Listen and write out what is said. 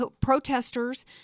protesters